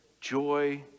joy